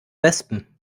wespen